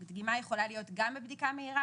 כי דגימה יכולה להיות גם בבדיקה מהירה